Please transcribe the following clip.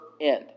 end